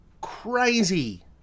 crazy